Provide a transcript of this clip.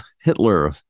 Hitler